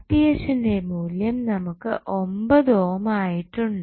ന്റെ മൂല്യം നമുക്ക് 9 ഓം ആയിട്ടുണ്ട്